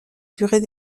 durée